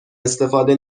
استفاده